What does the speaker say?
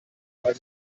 weil